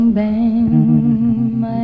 Bang